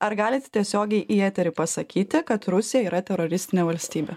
ar galit tiesiogiai į eterį pasakyti kad rusija yra teroristinė valstybė